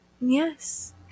yes